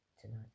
tonight